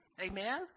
amen